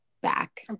back